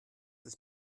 ist